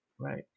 Right